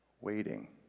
waiting